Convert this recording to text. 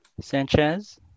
Sanchez